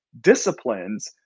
disciplines